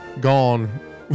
Gone